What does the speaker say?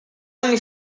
anni